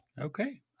Okay